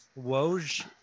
Woj